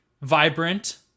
Vibrant